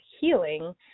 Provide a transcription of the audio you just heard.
healing